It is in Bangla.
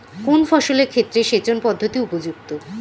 কোন ফসলের ক্ষেত্রে সেচন পদ্ধতি উপযুক্ত?